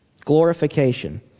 Glorification